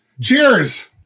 Cheers